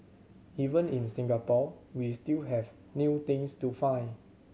even in Singapore we still have new things to find